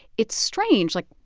it's strange. like,